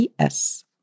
ps